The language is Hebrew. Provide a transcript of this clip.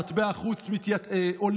מטבע החוץ עולה,